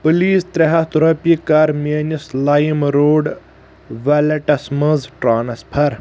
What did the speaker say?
please ترٛےٚ ہتھ رۄپیہِ کر میٲنِس لایِم روڈ ویلٹس مَنٛز ٹرانسفر